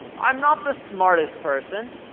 i'm not the smartest person.